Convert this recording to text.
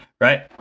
Right